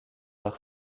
leur